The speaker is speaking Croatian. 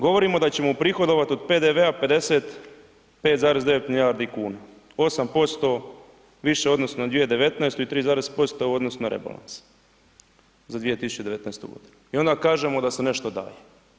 Govorimo da ćemo uprihodovat od PDV-a 5,9 milijardi kuna 8% više u odnosu na 2019. i 3% u odnosu na rebalans za 2019. godinu i onda kažemo da se nešto daje.